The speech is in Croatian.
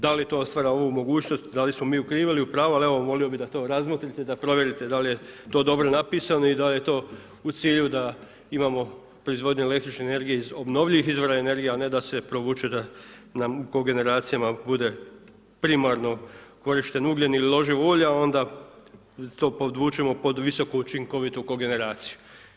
Da li to stvara ovu mogućnost, da li smo mi u krivu ili u pravu ali evo, volio bih da to razmotrite, da provjerite da li je to dobro napisano i da li je to u cilju da imamo proizvodnju električne energije iz obnovljivih izvora energije a ne da se provuče da nam kogeneracijama bude primarno korišten ugljen ili loživo ulje a onda to podvučemo pod visoku učinkovitu kogeneraciju.